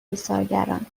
ایثارگران